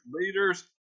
leaders